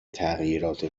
تغییرات